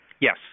Yes